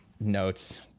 notes